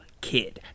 kid